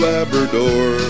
Labrador